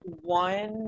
One